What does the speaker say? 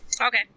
Okay